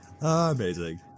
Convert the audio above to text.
Amazing